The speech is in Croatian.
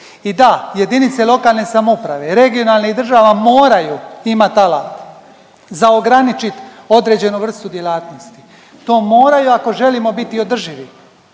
I da, jedinice lokalne samouprave regionalnih država moraju imati alat za ograničit određenu vrstu djelatnosti. To moraju ako želimo biti održivi,